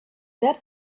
that